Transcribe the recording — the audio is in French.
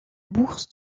bourse